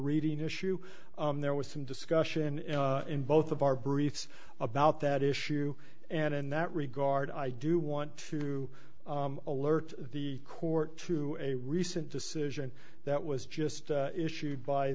reading issue there was some discussion in both of our briefs about that issue and in that regard i do want to alert the court to a recent decision that was just issued by